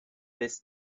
this